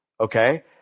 okay